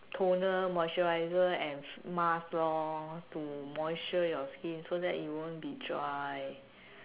toner moisturizer and mask lor to moisture your skin so that it won't be dry